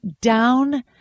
down